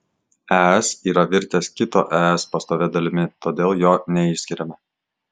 es yra virtęs kito es pastovia dalimi todėl jo neišskiriame